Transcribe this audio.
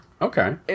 Okay